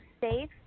safe